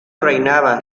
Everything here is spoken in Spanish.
reinaba